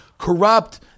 Corrupt